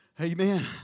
Amen